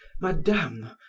madame,